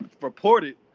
reported